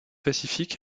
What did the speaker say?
pacific